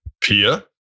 Pia